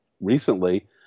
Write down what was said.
recently